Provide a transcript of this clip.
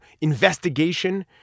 investigation